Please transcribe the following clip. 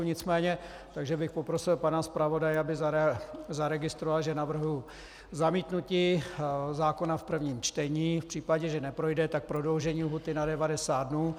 Nicméně bych poprosil pana zpravodaje, aby zaregistroval, že navrhuji zamítnutí zákona v prvním čtení, v případě, že neprojde, tak prodloužení lhůty na 90 dnů.